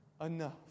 enough